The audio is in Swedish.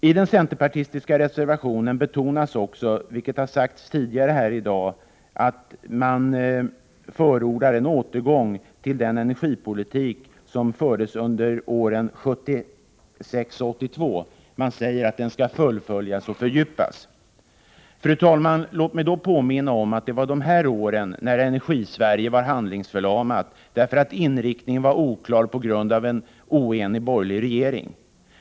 I den centerpartistiska reservationen betonas också — vilket har sagts tidigare här i dag — att man förordar en återgång till den energipolitik som fördes under åren 1976-1982. Man säger att denna bör fullföljas och fördjupas. Låt mig då, fru talman, påminna om att det var under de här åren som Energisverige var handlingsförlamat, eftersom inriktningen var oklar på grund av att vi hade en oenig borgerlig regering.